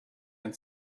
and